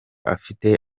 afite